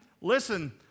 listen